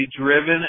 driven